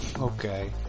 okay